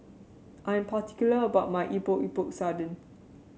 I'm particular about my Epok Epok Sardin